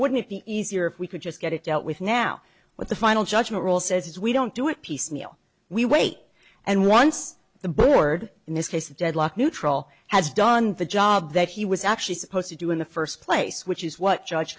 wouldn't it be easier if we could just get it dealt with now with the final judgment rule says we don't do it piecemeal we wait and once the board in this case deadlocked neutral has done the job that he was actually supposed to do in the first place which is what judge